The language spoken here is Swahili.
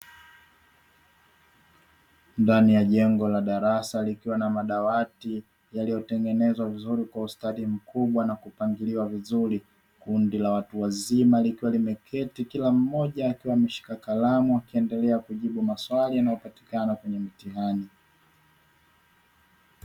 Ndani ya jengo la darasa likiwa na madawati yaliyotengenezwa vizuri kwa ustadi mkubwa na kupangiliwa vizuri, kundi la watu wazima likiwa limeketi kila mmoja akiwa ameshika kalamu akiendelea kujibu maswali yanayopatikana kwenye mtihani.